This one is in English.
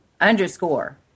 underscore